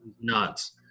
nuts